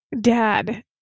dad